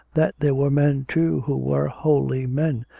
that there were men too who were wholly men,